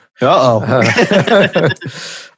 Uh-oh